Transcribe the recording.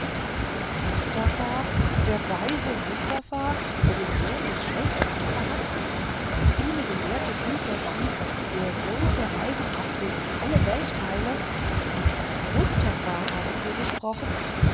mustafa der weise mustafa der den sohn des scheik erzogen hat der viele gelehrte bücher schrieb der große reisen machte in alle weltteile mit mustafa haben wir gesprochen